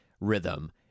rhythm